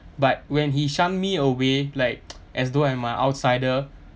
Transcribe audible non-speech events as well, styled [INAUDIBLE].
but when he shunned me away like [NOISE] as though am I outsider